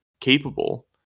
capable